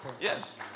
Yes